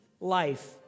life